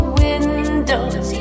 windows